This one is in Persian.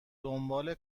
دنبال